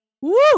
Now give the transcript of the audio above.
Woo